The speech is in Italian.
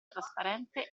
trasparente